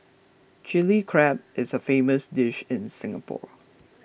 Chilli Crab is a famous dish in Singapore